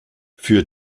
für